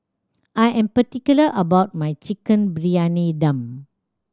I am particular about my Chicken Briyani Dum